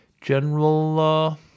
general